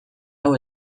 hau